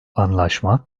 anlaşma